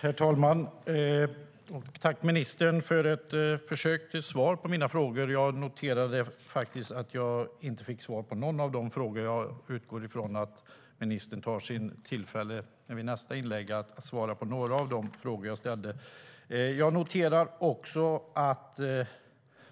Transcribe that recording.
Herr talman! Jag tackar ministern för försöket till svar på mina frågor. Jag noterar att jag inte fick svar på någon av dem. Jag utgår från att ministern tar tillfället att i nästa inlägg svara på några av de frågor jag ställde. Jag noterar också att